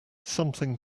something